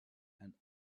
and